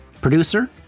Producer